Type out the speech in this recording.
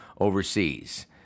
overseas